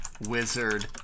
Wizard